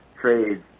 trades